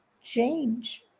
change